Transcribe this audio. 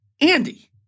Andy